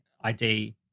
ID